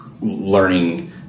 learning